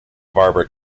barbara